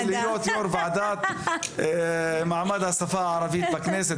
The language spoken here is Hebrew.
אעשה את הכול בשביל להיות יושב-ראש הוועדה למעמד השפה הערבית בכנסת,